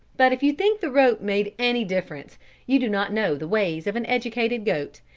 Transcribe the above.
but if you think the rope made any difference you do not know the ways of an educated goat,